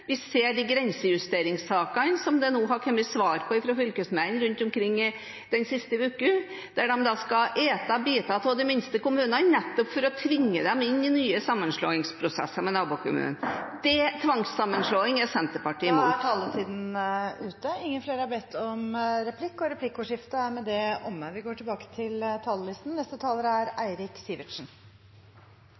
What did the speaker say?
Vi ser det i de grensejusteringssakene som det har kommet svar på fra fylkesmennene rundt omkring den siste uken, der en skal spise biter av de minste kommunene, nettopp for å tvinge dem inn i nye sammenslåingsprosesser med nabokommunen. Tvangssammenslåing er Senterpartiet imot. Replikkordskiftet er omme. La meg få lov til å starte med å takke saksordføreren, både for et veldig godt arbeid med å komme fram til en innstilling og for et godt innlegg. Det er